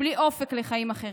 בלי אופק לחיים אחרים,